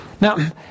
Now